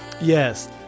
Yes